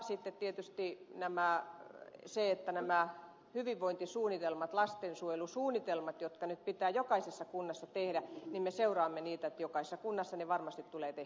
sitten tietysti näitä hyvinvointisuunnitelmia lastensuojelusuunnitelmia jotka nyt pitää jokaisessa kunnassa tehdä me seuraamme että jokaisessa kunnassa ne varmasti tulee tehtyä